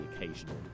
occasional